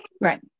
Right